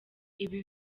ibi